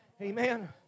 Amen